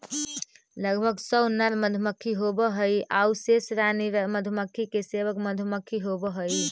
लगभग सौ नर मधुमक्खी होवऽ हइ आउ शेष रानी मधुमक्खी के सेवक मधुमक्खी होवऽ हइ